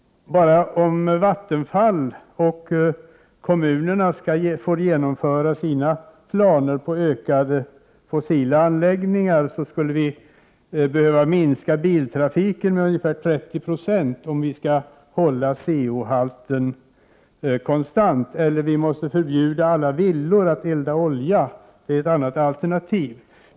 Om Vattenfall och kommunerna får genomföra sina planer på ökade fossila anläggningar, skulle vi behöva minska biltrafiken med ungefär 30 90 om vi skall hålla 'CO-halten konstant. Ett annat alternativ är att vi måste förbjuda alla villor att elda olja.